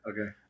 okay